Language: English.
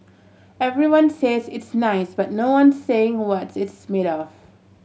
everyone says it's nice but no one saying what it's made of